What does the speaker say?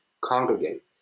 congregate